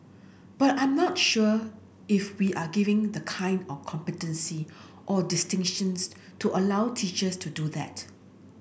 but I'm not sure if we're giving the kind of competency or distinctions to allow teachers to do that